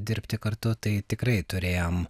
dirbti kartu tai tikrai turėjom